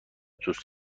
دوست